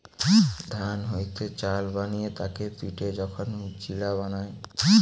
ধান হইতে চাল বানিয়ে তাকে পিটে যখন চিড়া বানায়